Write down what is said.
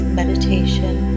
meditation